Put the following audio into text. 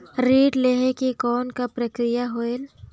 ऋण लहे के कौन का प्रक्रिया होयल?